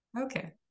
Okay